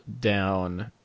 down